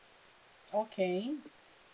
okay